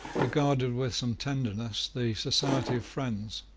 regarded with some tenderness, the society of friends.